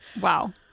Wow